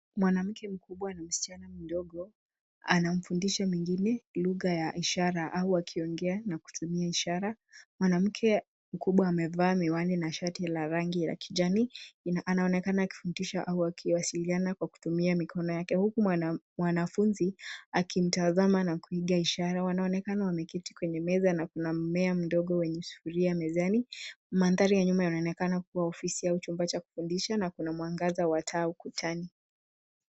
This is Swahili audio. Mwanamke mkubwa na msichana mdogo, anamfundisha mwingine lugha ya ishara au wakiongea na kutumia ishara. Mwanamke mkubwa amevaa miwani na shati la rangi ya kijani, anaonekana akifundisha au akiwasiliana kwa kutumia mikono yake, huku mwanafunzi akimtazama na kuiga ishara. Wanaonekana wameketi kwenye meza na kuna mmea mdogo wenye sufuria mezani. Mandhari ya nyuma yanaonekana kua ofisi au chumba cha kukodisha na kuna mwangaza wa taa ukutani.